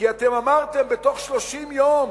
כי אתם אמרתם: בתוך 30 יום